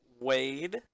Wade